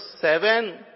seven